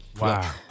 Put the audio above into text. Wow